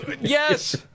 Yes